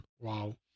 Wow